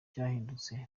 byahindutse